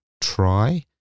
try